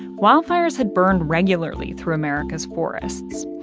wildfires had burned regularly through america's forests.